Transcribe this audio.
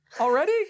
Already